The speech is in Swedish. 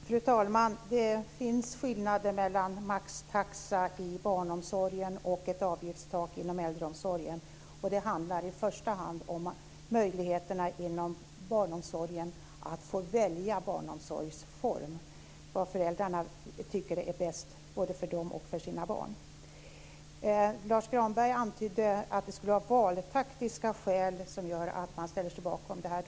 Fru talman! Det finns skillnader mellan maxtaxa i barnomsorgen och ett avgiftstak inom äldreomsorgen, och det handlar i första hand om möjligheterna att välja barnomsorgsform inom barnomsorgen, att föräldrarna får välja det som de tycker är bäst för sig och sina barn. Lars U Granberg antydde att det skulle vara valtaktiska skäl som gör att man ställer sig bakom detta.